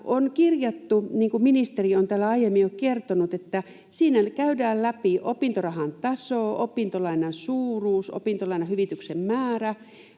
on kirjattu, niin kuin ministeri on täällä aiemmin jo kertonut, että siinä käydään läpi opintorahan taso, opintolainan suuruus, opintolainahyvityksen määrä,